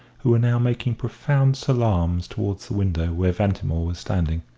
who were now making profound salaams towards the window where ventimore was standing.